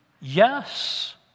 Yes